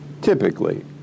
typically